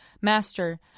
Master